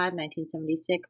1976